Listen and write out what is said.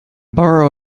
borrow